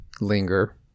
Linger